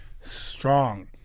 strong